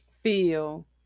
feel